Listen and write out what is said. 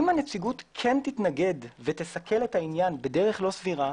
אם הנציגות כן תתנגד ותסכל את העניין בדרך לא סבירה,